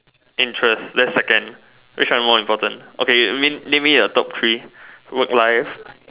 interest that's second which one more important okay name me your top three work life